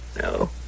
no